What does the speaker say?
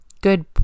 good